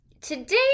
Today